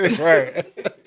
right